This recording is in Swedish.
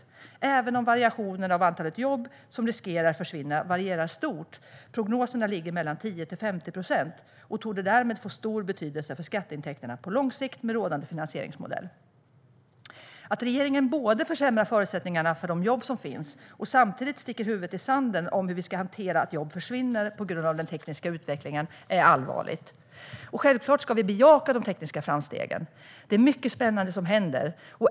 Variationen i prognoserna för andelen jobb som riskerar att försvinna är stor - det ligger mellan 10 och 50 procent. Detta torde därmed få stor betydelse för skatteintäkterna på lång sikt med rådande finansieringsmodell. Att regeringen försämrar förutsättningarna för de jobb som finns och samtidigt sticker huvudet i sanden när det gäller hur vi ska hantera att jobb försvinner på grund av den tekniska utvecklingen är allvarligt. Självklart ska vi bejaka de tekniska framstegen. Det är mycket spännande som händer.